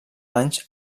anys